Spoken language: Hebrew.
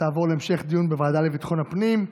ותעבור להמשך דיון בוועדה לביטחון הפנים.